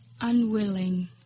unwilling